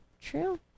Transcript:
True